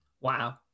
Wow